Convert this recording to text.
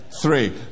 three